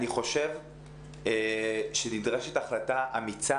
אני חושב שנדרשת החלטה אמיצה